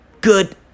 good